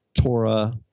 Torah